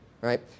right